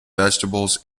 vegetables